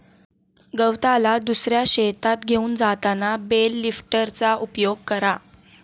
गवताला दुसऱ्या शेतात घेऊन जाताना बेल लिफ्टरचा उपयोग करा